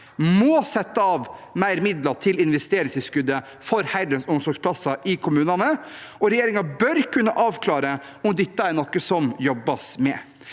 må sette av mer midler til investeringstilskuddet for heldøgns omsorgsplasser i kommunene, og regjeringen bør kunne avklare om dette er noe som jobbes med.